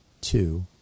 two